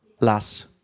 las